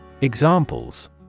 Examples